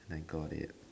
I got it